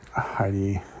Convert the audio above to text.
Heidi